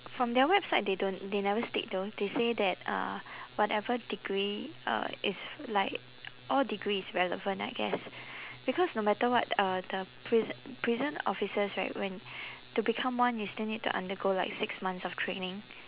from their website they don't they never state though they say that uh whatever degree uh it's like all degree is relevant I guess because no matter what uh the priso~ prison officers right when to become one you still need to undergo like six months of training